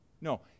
No